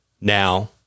Now